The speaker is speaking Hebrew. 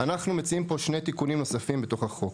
אנחנו מציעים פה שני תיקונים נוספים בתוך החוק.